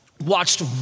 watched